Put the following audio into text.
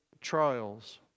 trials